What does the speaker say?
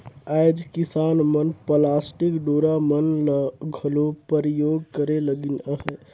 आएज किसान मन पलास्टिक डोरा मन ल घलो परियोग करे लगिन अहे